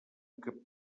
que